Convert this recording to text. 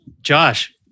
Josh